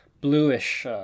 bluish